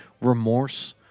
remorse